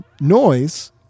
Noise